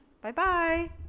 Bye-bye